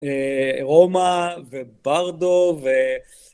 רומא וברדו